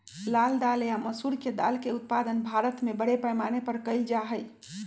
लाल दाल या मसूर के दाल के उत्पादन भारत में बड़े पैमाने पर कइल जा हई